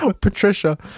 Patricia